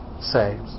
saves